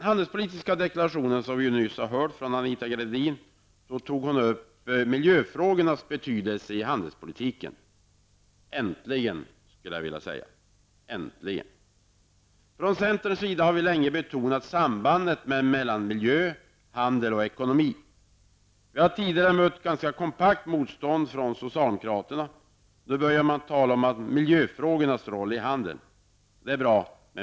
Gradin nyss har läst upp berörde hon också miljöfrågornas betydelse i handelspolitiken. Äntligen, skulle jag vilja säga. Centern har länge betonat sambandet mellan miljö, handel och ekonomi. Vi har tidigare mött ett kompakt motstånd från socialdemokraterna. Nu börjar de tala om miljöfrågornas roll i handeln, och det är bra.